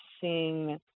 seeing